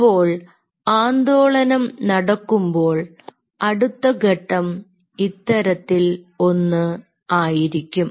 അപ്പോൾ ആന്തോളനം നടക്കുമ്പോൾ അടുത്തഘട്ടം ഇത്തരത്തിൽ ഒന്ന് ആയിരിക്കും